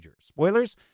Spoilers